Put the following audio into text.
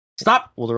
Stop